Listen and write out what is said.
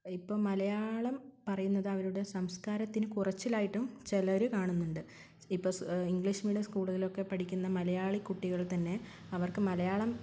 ഇപ്പോൾ മലയാളം പറയുന്നത് അവരുടെ സംസ്കാരത്തിന് കുറച്ചിലായിട്ടും ചിലർ കാണുന്നുണ്ട് ഇപ്പോൾ ഇംഗ്ലീഷ് മീഡിയം സ്കൂളുകളിലൊക്കെ പഠിക്കുന്ന മലയാളി കുട്ടികൾ തന്നെ അവർക്ക് മലയാളം